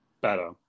better